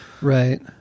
right